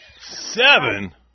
Seven